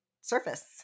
surface